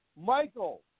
Michael